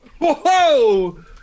Whoa